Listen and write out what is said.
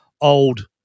old